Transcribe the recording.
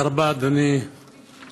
תודה רבה, אדוני היושב-ראש.